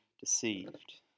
deceived